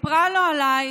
וסיפרה לו עליי,